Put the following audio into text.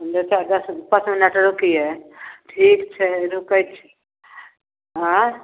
बेटा दस पाँच मिनट रुकिए ठीक छै रुकै छी आएँ